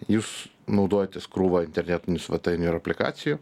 jūs naudojatės krūva internetinių svetainių ir aplikacijų